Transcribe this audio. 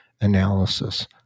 analysis